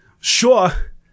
Sure